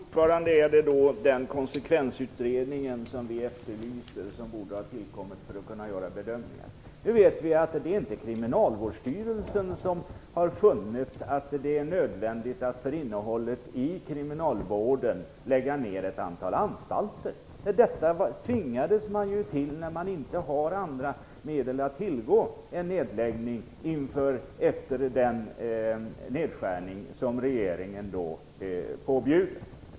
Fru talman! Fortfarande är det den konsekvensutredning som vi efterlyser som borde ha tillkommit för att man skall kunna göra bedömningar. Det är inte Kriminalvårdsstyrelsen som har funnit att det är nödvändigt att för innehållet i kriminalvården lägga ner ett antal anstalter. Detta tvingades man till därför att man inte hade andra medel än nedläggning att tillgå inför den nedskärning som regeringen påbjuder.